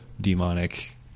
demonic